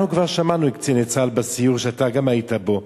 אנחנו כבר שמענו את קציני צה"ל בסיור שאתה גם היית בו,